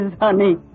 honey